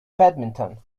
badminton